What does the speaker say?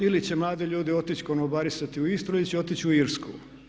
Ili će mladi ljudi otići konobarisati u Istru ili će otići u Irsku.